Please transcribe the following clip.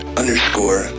underscore